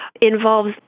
involves